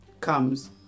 comes